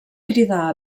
cridar